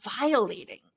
violating